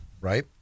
right